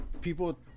people